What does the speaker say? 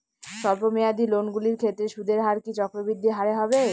স্বল্প মেয়াদী লোনগুলির ক্ষেত্রে সুদের হার কি চক্রবৃদ্ধি হারে হবে?